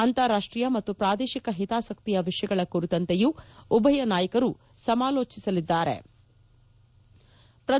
ಅಂತಾರಾಷ್ಲೀಯ ಮತ್ತು ಪ್ರಾದೇಶಿಕ ಹಿತಾಸಕ್ತಿಯ ವಿಷಯಗಳ ಕುರಿತಂತೆಯೂ ಉಭಯ ನಾಯಕರು ಸಮಾಲೋಚಿಸಲಿದ್ಲಾರೆ